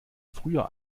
früher